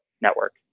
network